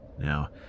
Now